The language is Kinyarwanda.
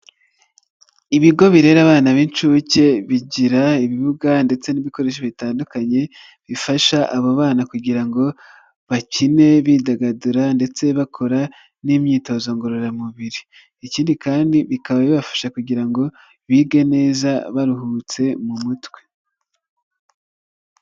Ibigo birebara abana b'inshuke bigira ibibuga ndetse n'ibikoresho bitandukanye bifasha abo bana kugira ngo bakine bidagadura ndetse bakora n'imyitozo ngororamubiri ikindi kandi bikaba bibafasha kugira ngo bige neza baruhutse mu mutwe.